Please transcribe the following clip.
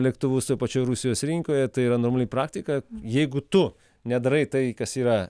lėktuvus toj pačioj rusijos rinkoje tai yra normali praktika jeigu tu nedarai tai kas yra